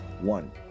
One